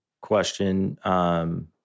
question